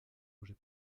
projet